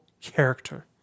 character